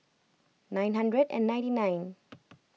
nine hundred and ninety nine